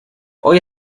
hoy